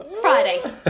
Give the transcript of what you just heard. Friday